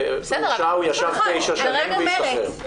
ישב בכלא תשע שנים וכבר השתחרר.